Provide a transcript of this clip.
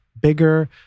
bigger